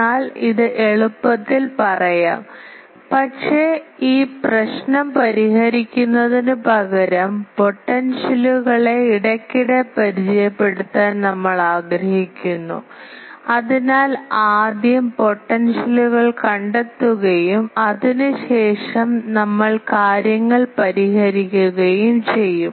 എന്നാൽ ഇത് എളുപ്പത്തിൽ പറയാം പക്ഷേ ഈ പ്രശ്നം പരിഹരിക്കുന്നതിനുപകരം പൊട്ടൻഷ്യലുകളെ ഇടയ്ക്കിടെ പരിചയപ്പെടുത്താൻ നമ്മൾ ആഗ്രഹിക്കുന്നു അതിനാൽ ആദ്യം പൊട്ടൻഷ്യലുകൾ കണ്ടെത്തുകയും അതിനുശേഷം നമ്മൾ കാര്യങ്ങൾ പരിഹരിക്കുകയും ചെയ്യും